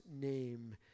name